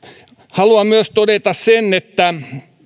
haluan myös todeta sen että